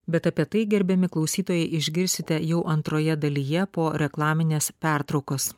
bet apie tai gerbiami klausytojai išgirsite jau antroje dalyje po reklaminės pertraukos